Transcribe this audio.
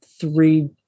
three